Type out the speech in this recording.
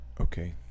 okay